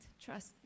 trust